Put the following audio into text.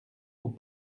aux